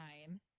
time